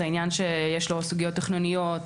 זה עניין שיש לו סוגיות תכנוניות,